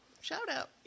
shout-out